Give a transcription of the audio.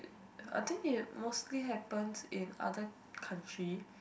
I think it mostly happens in other country